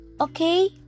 Okay